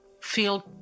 feel